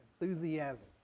Enthusiasm